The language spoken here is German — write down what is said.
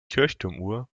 kirchturmuhr